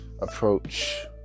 approach